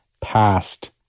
past